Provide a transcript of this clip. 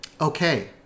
Okay